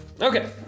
Okay